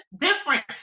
different